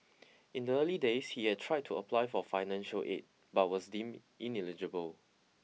in the early days he had tried to apply for financial aid but was deemed ineligible